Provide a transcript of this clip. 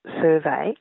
survey